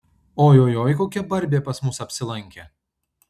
ojojoi kokia barbė pas mus apsilankė